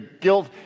guilt